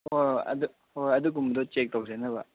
ꯍꯣꯏ ꯍꯣꯏ ꯍꯣꯏ ꯑꯗꯨꯒꯨꯝꯕꯗꯣ ꯆꯦꯛ ꯇꯧꯖꯅꯕ